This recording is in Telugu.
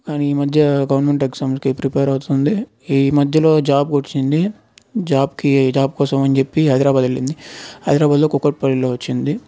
కానీ ఈ మధ్య గవర్నమెంట్ ఎగ్జామ్స్కి ప్రిపేర్ అవుతుంది ఈ మధ్యలో జాబ్ వచ్చింది జాబ్కి జాబ్ కోసం అని చెప్పి హైదరాబాద్ వెళ్ళింది హైదరాబాద్లో కూకట్ పల్లిలో వచ్చింది